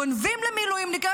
גונבים למילואימניקים.